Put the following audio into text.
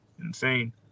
insane